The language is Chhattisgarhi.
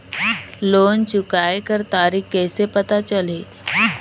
लोन चुकाय कर तारीक कइसे पता चलही?